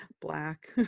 black